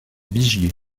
vigier